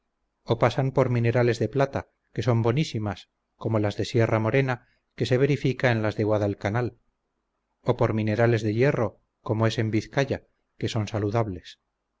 o pasan por minerales de plata que son bonísimas como las de sierra-morena que se verifica en las de guadalcanal o por minerales de hierro como es en vizcaya que son saludables